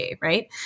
right